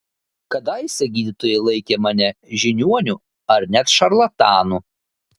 kadaise gydytojai laikė mane žiniuoniu ar net šarlatanu